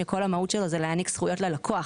שכל המהות שלו זה להעניק זכויות ללקוח.